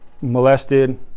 molested